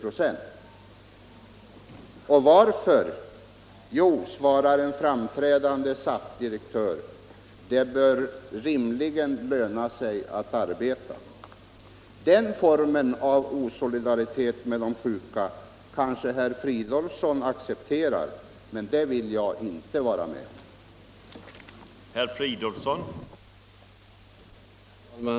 På en fråga varför man framställt detta krav svarar en framträdande SAF-direktör: ”Det bör rimligen löna sig att arbeta.” Den formen av bristande solidaritet med de sjuka kanske herr Fridolfsson accepterar. Men jag vill inte vara med om något sådant.